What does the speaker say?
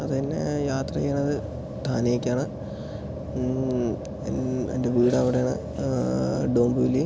അത് തന്നെ യാത്ര ചെയ്യുന്നത് ധാനേക്കാണ് എൻ്റെ വീട് അവിടെ ആണ്